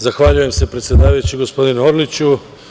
Zahvaljujem se, predsedavajući, gospodine Orliću.